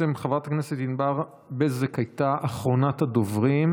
חברת הכנסת ענבר הייתה אחרונת הדוברים.